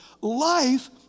Life